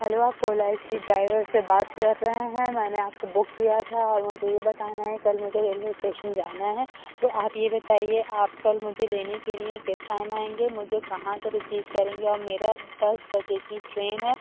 hello آپ Ola A C driver سے بات کر رہے ہیں میں نے آپ کو بک کیا تھا اور مجھے یہ بتانا ہے کل مجھے ریلوے اسٹیشن جانا ہے تو آپ یہ بتائیے آپ کل مجھے لینے کے لیے کس ٹائم آئیں گے مجھے کہاں سے ریسیو کریں گے اور میرا دس بجے کی ٹرین ہے